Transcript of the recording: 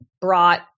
brought